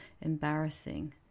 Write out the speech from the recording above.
embarrassing